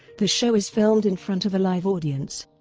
the show is filmed in front of a live audience,